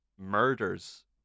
murders